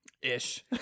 ish